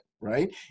right